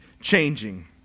changing